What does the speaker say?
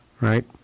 right